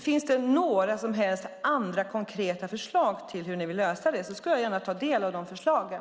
Finns det några som helst andra konkreta förslag till hur ni vill lösa det ska jag gärna ta del av de förslagen.